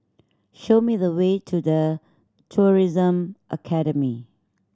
show me the way to The Tourism Academy